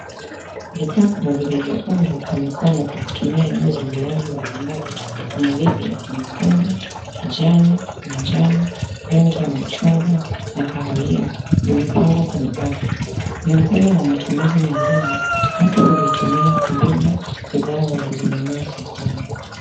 Vikapu vilivyoundwa kwa mikono kwa kutumia nyuzi za rangi mbalimbali kama vile nyekundu, kijani, manjano, rangi machungwa na kahawia vimepangwa kwenye ardhi. Miongoni mwa matumizi mengine, watu huvitumia kubeba bidhaa walizonunua sokoni.